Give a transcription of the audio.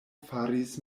faris